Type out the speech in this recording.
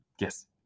Yes